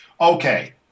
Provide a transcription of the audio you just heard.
Okay